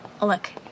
look